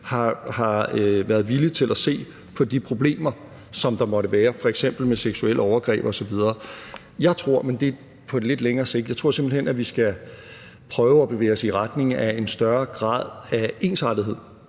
har været villige til at se på de problemer, som der måtte være, f.eks. med seksuelle overgreb osv. Jeg tror – men det er på lidt længere sigt – at vi skal prøve at bevæge os i retning af en større grad af ensartethed,